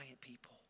people